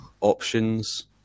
options